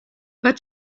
but